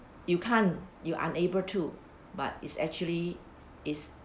you can't you unable to but is actually is